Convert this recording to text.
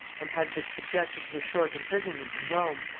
and had been subjected to a short imprisonment in rome,